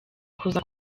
kuza